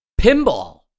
Pinball